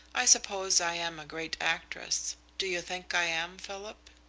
i suppose i am a great actress. do you think i am, philip?